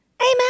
Amen